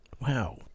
Wow